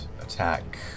attack